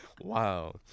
Wow